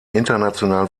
internationalen